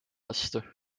vastu